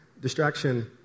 distraction